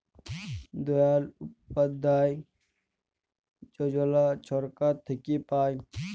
দয়াল উপাধ্যায় যজলা ছরকার থ্যাইকে পায়